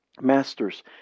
Masters